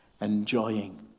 enjoying